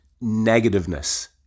negativeness